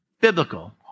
biblical